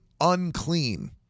unclean